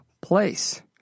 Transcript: place